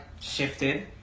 shifted